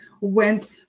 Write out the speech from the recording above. went